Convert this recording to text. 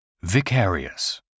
Vicarious